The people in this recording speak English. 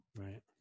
right